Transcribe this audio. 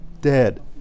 dead